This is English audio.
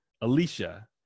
Alicia